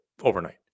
overnight